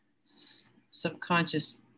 subconscious